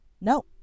No